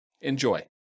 Enjoy